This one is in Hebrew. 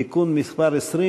תיקון מס' 20